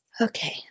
Okay